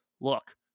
Look